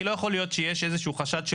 כי לא יכול להיות שיש איזה שהוא חשד של